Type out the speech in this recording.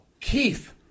Keith